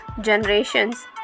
generations